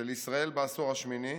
של ישראל בעשור השמיני.